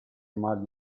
mali